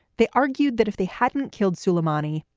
they argued that if they hadn't killed sulaimani,